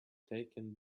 taken